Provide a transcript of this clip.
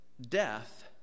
Death